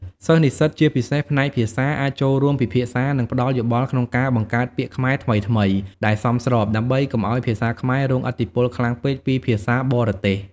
សិស្សនិស្សិត ជាពិសេសផ្នែកភាសា អាចចូលរួមពិភាក្សា និងផ្តល់យោបល់ក្នុងការបង្កើតពាក្យខ្មែរថ្មីៗដែលសមស្រប ដើម្បីកុំឱ្យភាសាខ្មែររងឥទ្ធិពលខ្លាំងពេកពីភាសាបរទេស។